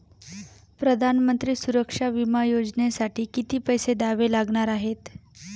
प्रधानमंत्री सुरक्षा विमा योजनेसाठी किती पैसे द्यावे लागणार आहेत?